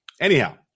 anyhow